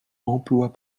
emplois